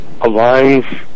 aligns